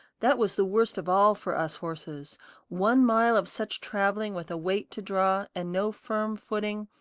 that was the worst of all for us horses one mile of such traveling with a weight to draw, and no firm footing,